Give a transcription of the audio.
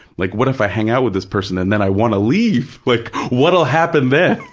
like, what if i hang out with this person and then i want to leave? like, what'll happen then?